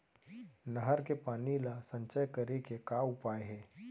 नहर के पानी ला संचय करे के का उपाय हे?